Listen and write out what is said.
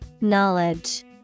Knowledge